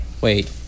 Wait